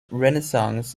renaissance